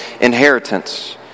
inheritance